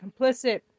complicit